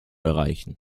erreichen